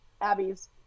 Abby's